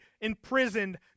imprisoned